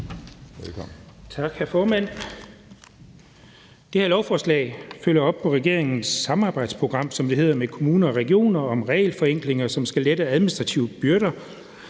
Dahl (DD): Tak, hr. formand. Det her lovforslag følger op på regeringens samarbejdsprogram, som det hedder, med kommuner og regioner om regelforenklinger, som skal lette administrative byrder.